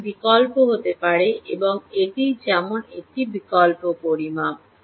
অনেক বিকল্প হতে পারে এবং এটি যেমন একটি বিকল্প পরিমাপ